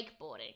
wakeboarding